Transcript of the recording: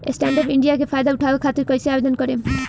Stand up India के फाइदा उठाओ खातिर कईसे आवेदन करेम?